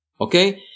okay